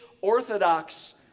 orthodox